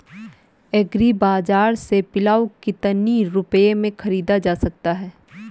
Agree बाजार से पिलाऊ कितनी रुपये में ख़रीदा जा सकता है?